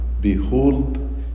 Behold